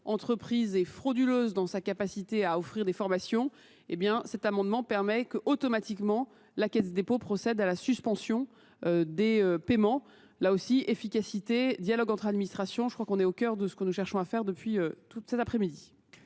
entreprise est frauduleuse dans sa capacité à offrir des formations, et bien cet amendement permet que, automatiquement, la caisse des dépôts procède à la suspension des paiements. Là aussi, efficacité, dialogue entre administrations. Je crois qu'on est au cœur de ce que nous cherchons à faire depuis tout cet après-midi.